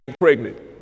pregnant